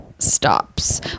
stops